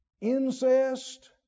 Incest